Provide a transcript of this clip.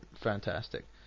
fantastic